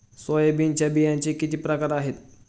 सोयाबीनच्या बियांचे किती प्रकार आहेत?